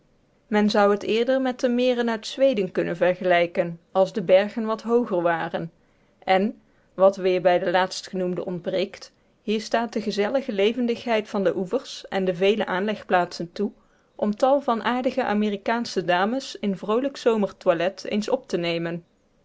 men zou het eerder met de meren uit zweden kunnen vergelijken als de bergen wat hooger waren en wat weer bij de laatstgenoemde ontbreekt hier staan de gezellige levendigheid van de oevers en de vele aanlegplaatsen toe om tal van aardige amerikaansche dames in vroolijk zomertoilet eens op te nemen